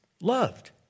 loved